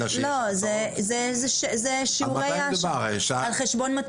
על חשבון,